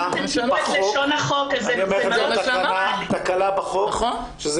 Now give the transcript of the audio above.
יש גם יוזמה במשרד המשפטים